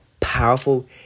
powerful